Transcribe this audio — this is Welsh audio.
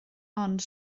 ond